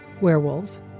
Werewolves